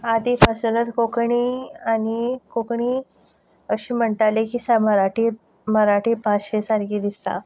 आदीं पासुनूच कोंकणी आनी कोंकणी अशे म्हणटाले की मराठी मराठी भाशे सारकी दिसता